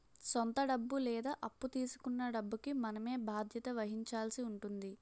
సొంత డబ్బు లేదా అప్పు తీసుకొన్న డబ్బుకి మనమే బాధ్యత వహించాల్సి ఉంటుంది